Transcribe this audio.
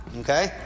Okay